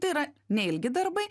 tai yra neilgi darbai